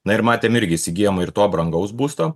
na ir matėm irgi įsigijamo ir to brangaus būsto